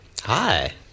Hi